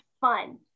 fun